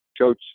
coach